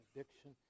addiction